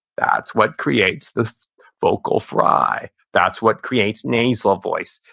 that's what creates the vocal fry. that's what creates nasal voice.